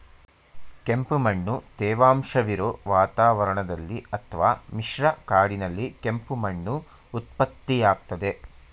ಕೆಂಪುಮಣ್ಣು ತೇವಾಂಶವಿರೊ ವಾತಾವರಣದಲ್ಲಿ ಅತ್ವ ಮಿಶ್ರ ಕಾಡಿನಲ್ಲಿ ಕೆಂಪು ಮಣ್ಣು ಉತ್ಪತ್ತಿಯಾಗ್ತದೆ